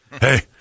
Hey